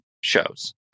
shows